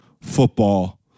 football